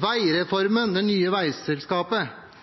Veireformen, med det nye veiselskapet